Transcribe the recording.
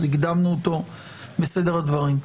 אז הקדמנו אותו בסדר הדברים.